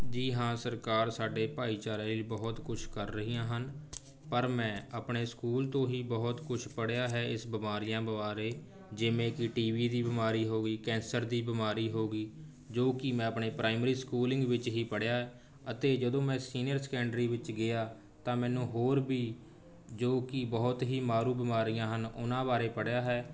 ਜੀ ਹਾਂ ਸਰਕਾਰ ਸਾਡੇ ਭਾਈਚਾਰੇ ਬਹੁਤ ਕੁਛ ਕਰ ਰਹੀਆਂ ਹਨ ਪਰ ਮੈਂ ਆਪਣੇ ਸਕੂਲ ਤੋਂ ਹੀ ਬਹੁਤ ਕੁਛ ਪੜ੍ਹਿਆ ਹੈ ਇਸ ਬਿਮਾਰੀਆਂ ਬਾਰੇ ਜਿਵੇਂ ਕਿ ਟੀ ਬੀ ਦੀ ਬਿਮਾਰੀ ਹੋ ਗਈ ਕੈਂਸਰ ਦੀ ਬਿਮਾਰੀ ਹੋ ਗਈ ਜੋ ਕਿ ਮੈਂ ਆਪਣੇ ਪ੍ਰਾਈਮਰੀ ਸਕੂਲਿੰਗ ਵਿੱਚ ਹੀ ਪੜ੍ਹਿਆ ਹੈ ਅਤੇ ਜਦੋਂ ਮੈਂ ਸੀਨੀਅਰ ਸੈਕੈਂਡਰੀ ਵਿੱਚ ਗਿਆ ਤਾਂ ਮੈਨੂੰ ਹੋਰ ਵੀ ਜੋ ਕਿ ਬਹੁਤ ਹੀ ਮਾਰੂ ਬਿਮਾਰੀਆਂ ਹਨ ਉਹਨਾਂ ਬਾਰੇ ਪੜ੍ਹਿਆ ਹੈ